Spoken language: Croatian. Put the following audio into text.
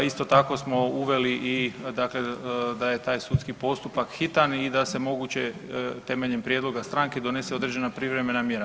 Isto tako smo uveli i dakle da je taj sudski postupak hitan i da se moguće temeljem prijedloga stranke donese određena privremena mjera.